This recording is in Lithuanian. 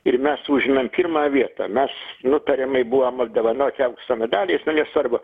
ir mes užėmėm pirmą vietą mes nu tariamai buvom apdovanoti aukso medaliais nu nesvarbu